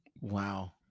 Wow